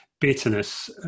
bitterness